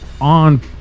on